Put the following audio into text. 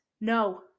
no